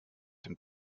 dem